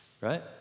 Right